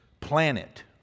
planet